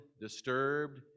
disturbed